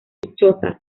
chozas